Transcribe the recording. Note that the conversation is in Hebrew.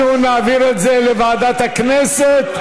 אנחנו נעביר את זה לוועדת הכנסת,